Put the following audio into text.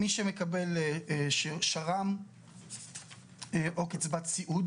מי שמקבל שר"ם או קצבת סיעוד